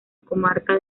comarca